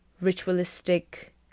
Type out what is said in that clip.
ritualistic